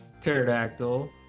Pterodactyl